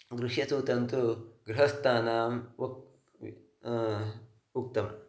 गृह्यसूत्रं तु गृहस्थानां वाक् उक्तं